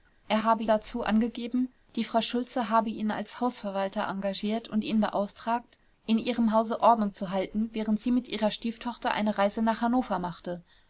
er habe dazu angegeben die frau schultze habe ihn als hausverwalter engagiert und ihn beauftragt in ihrem hause ordnung zu halten während sie mit ihrer stieftochter eine reise nach hannover machte